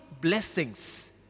blessings